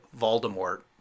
Voldemort